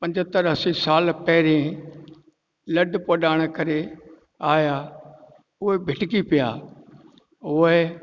पंजहतरि असी साल पहिरीं लॾ पॾाण करे आहिया उहे भिटकी पिया उहे